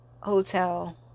hotel